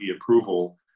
approval